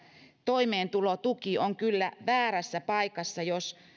toimeentulotuki on kyllä väärässä paikassa jos